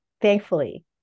thankfully